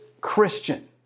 Christian